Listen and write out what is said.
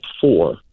four